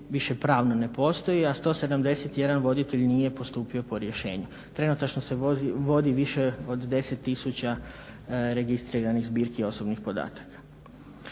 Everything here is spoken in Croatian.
više pravno ne postoji, a 171 voditelj nije postupio po rješenju. Trenutačno se vodi više od 10 tisuća registriranih zbirki i osobnih podataka.